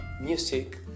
music